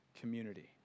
community